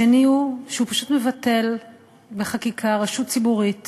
השני הוא שהוא פשוט מבטל בחקיקה רשות ציבורית